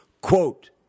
Quote